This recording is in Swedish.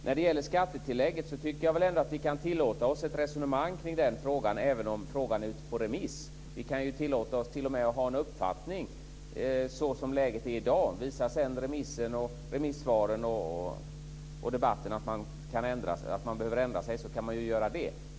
När det gäller skattetillägget tycker jag ändå att vi kan tillåta oss ett resonemang kring den frågan, även om frågan är ute på remiss. Vi kan tillåta oss t.o.m. att ha en uppfattning såsom läget är i dag. Visar sedan remissvaren och debatten att man behöver ändra sig kan man göra det.